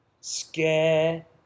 Scare